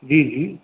जी जी